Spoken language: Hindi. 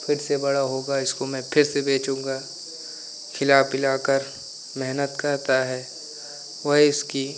फिर से बड़ा होगा इसको मैं फिर से बेचूँगा खिला पिलाकर मेहनत करता है वही उसकी